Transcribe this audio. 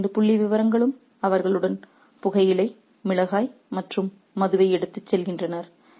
இந்த இரண்டு புள்ளிவிவரங்களும் அவர்களுடன் புகையிலை மிளகாய் மற்றும் மதுவை எடுத்துச் செல்கின்றன